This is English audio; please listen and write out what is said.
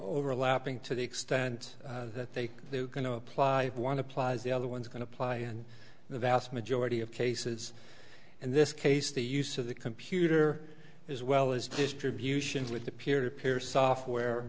overlapping to the extent that they are going to apply one applies the other one's going to apply and the vast majority of cases and this case the use of the computer as well as distributions with the peer peer software